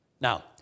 Now